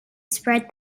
spread